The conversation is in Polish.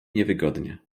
niewygodnie